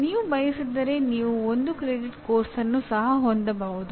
ನೀವು ಬಯಸಿದರೆ ನೀವು 1 ಕ್ರೆಡಿಟ್ ಪಠ್ಯಕ್ರಮವನ್ನು ಸಹ ಹೊಂದಬಹುದು